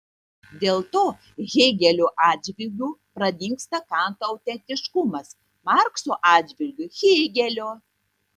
dėl to hėgelio atžvilgiu pradingsta kanto autentiškumas markso atžvilgiu hėgelio